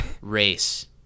race